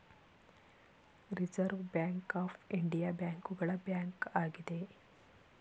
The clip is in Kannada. ರಿಸರ್ವ್ ಬ್ಯಾಂಕ್ ಆಫ್ ಇಂಡಿಯಾ ಬ್ಯಾಂಕುಗಳ ಬ್ಯಾಂಕ್ ಆಗಿದೆ